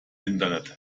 internet